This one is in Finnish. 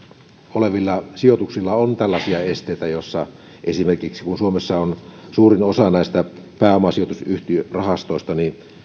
olevilla sijoituksilla on tällaisia esteitä kuten esimerkiksi se että kun suomessa on suurin osa näistä pääomasijoitusyhtiörahastoista